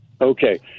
Okay